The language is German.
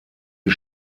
die